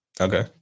Okay